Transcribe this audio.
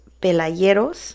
Pelayeros